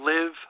Live